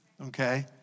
okay